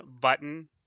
button